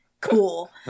Cool